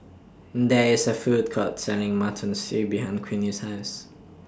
There IS A Food Court Selling Mutton Stew behind Queenie's House